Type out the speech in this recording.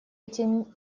эти